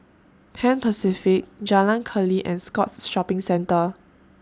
Pan Pacific Jalan Keli and Scotts Shopping Centre